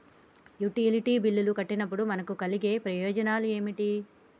Utility బిల్లులు కట్టినప్పుడు మనకు కలిగే ప్రయోజనాలు ఏమిటి?